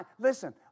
Listen